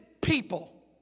people